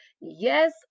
Yes